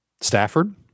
Stafford